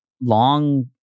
long